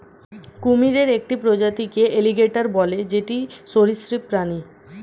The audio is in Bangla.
কুমিরের একটি প্রজাতিকে এলিগেটের বলে যেটি সরীসৃপ প্রাণী